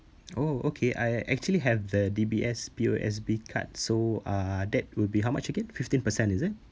oh okay I actually have the D_B_S P_O_S_B card so uh that will be how much again fifteen percent is it